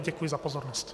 Děkuji za pozornost.